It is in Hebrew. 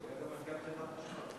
הוא היה גם מנכ"ל חברת החשמל.